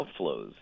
outflows